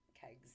kegs